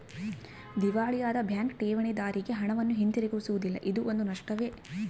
ದಿವಾಳಿಯಾದ ಬ್ಯಾಂಕ್ ಠೇವಣಿದಾರ್ರಿಗೆ ಹಣವನ್ನು ಹಿಂತಿರುಗಿಸುವುದಿಲ್ಲ ಇದೂ ಒಂದು ನಷ್ಟವೇ